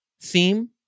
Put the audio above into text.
theme